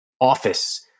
office